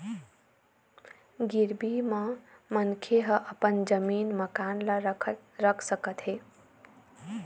गिरवी म मनखे ह अपन जमीन, मकान ल रख सकत हे